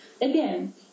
Again